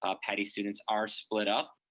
ah pattie students are split up.